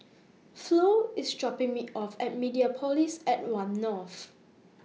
Flo IS dropping Me off At Mediapolis At one North